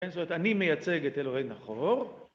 אני מייצג את אלוהי נחור